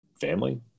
family